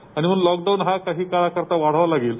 आणि म्हणून लॉकडाऊन हा काही काळाकरता वाढवावा लागेल